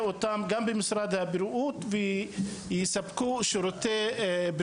על ידי משרד הבריאות ויקבלו שירתים,